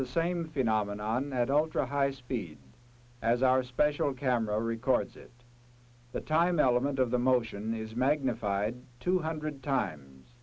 the same phenomenon at ultra high speed as our special camera records it the time element of the motion is magnified two hundred times